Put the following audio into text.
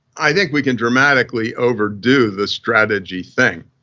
i think we can dramatically overdo the strategy thing.